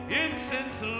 incense